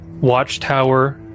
watchtower